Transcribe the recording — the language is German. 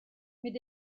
mit